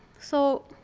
so